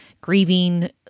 grieving